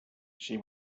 she